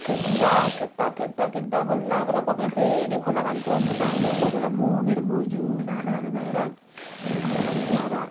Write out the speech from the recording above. खेद्दा खेद्दा खेद्दा खेद्दा बल्ल बल्ल पक्रेर फेरि खोला घारी पुऱ्याउनु पर्छ हामी कोही बेला म मेरो बोजू नानाहरू भएर खोला घारी पुऱ्याएर